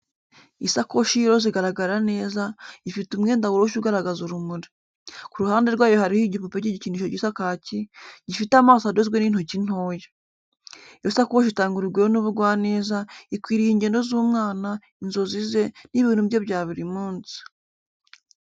Isakoshi y'iroza igaragara neza, ifite umwenda woroshye ugaragaza urumuri. Ku ruhande rwayo hariho igipupe cy'igikinisho gisa kaki, gifite amaso adozwe n'intoki ntoya. Iyo sakoshi itanga urugwiro n’ubugwaneza, ikwiriye ingendo z'umwana, inzozi ze, n'ibintu bye bya buri munsi.